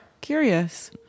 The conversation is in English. curious